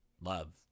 love